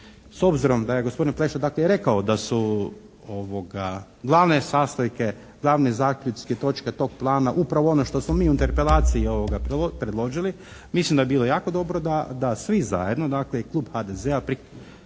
S obzirom da je gospodin Pleša, dakle, i rekao da su glavne sastojke, glavne zaključke, točke tog plana upravo ono što smo mi u interpelaciji predložili mislim da bi bilo jako dobro da svi zajedno, dakle i klub HDZ-a,